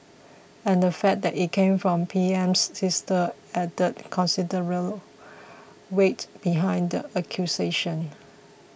and the fact that it came from PM's sister added considerable weight behind accusation